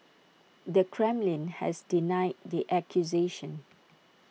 the Kremlin has denied the accusations